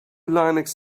linux